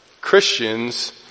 Christians